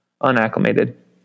unacclimated